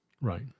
Right